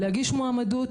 להגיש מועמדות,